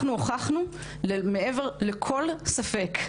אנחנו הוכחנו מעבר לכל ספק,